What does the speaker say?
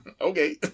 Okay